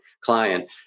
client